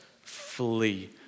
flee